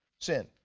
sin